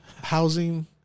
housing